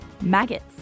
maggots